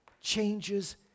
changes